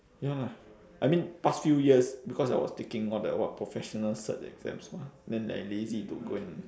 ya lah I mean past few years because I was taking all the what professional cert exams !wah! then I lazy to go and